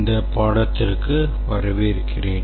இந்த பாடத்திற்கு வரவேற்கிறேன்